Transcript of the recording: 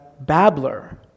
babbler